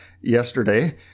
yesterday